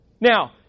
Now